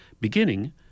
beginning